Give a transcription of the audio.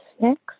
six